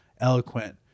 eloquent